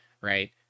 right